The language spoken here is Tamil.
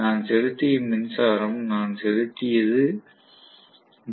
நான் செலுத்திய மின்சாரம் நான் செலுத்தியது டி